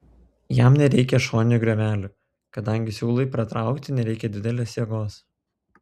jam nereikia šoninių griovelių kadangi siūlui pratraukti nereikia didelės jėgos